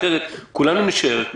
אחרת כולנו נישאר,